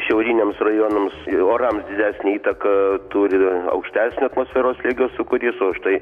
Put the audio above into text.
šiauriniams rajonams ir orams didesnę įtaką turi aukštesnio atmosferos slėgio sūkurys o štai